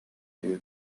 you